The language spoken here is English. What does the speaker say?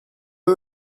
are